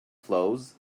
flows